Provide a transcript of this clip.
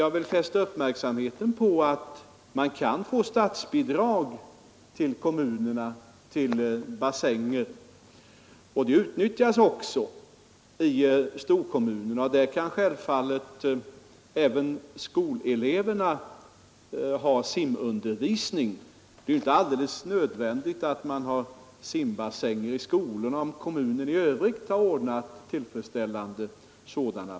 Jag vill fästa uppmärksamheten på att kommunerna kan få statsbidrag till bassänger, och den möjligheten utnyttjas också i storkommunerna. I dessa bassänger kan självfallet även skoleleverna få simundervisning. Det är ju inte alldeles nödvändigt att man har simbassänger i skolorna, om kommunen på annat sätt har ordnat med bassänger av tillfredsställande kvalitet.